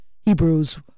Hebrews